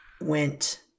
went